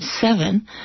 seven